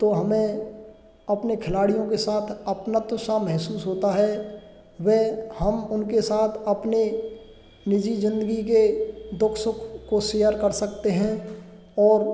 तो हमें अपने खिलाड़ियों के साथ अपनत्व सा महसूस होता है वे हम उनके साथ अपने निजी ज़िंदगी के दु ख सुख को शेयर कर सकते हैं और